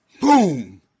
Boom